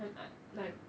but like I